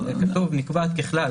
כתוב: "נקבעת ככלל".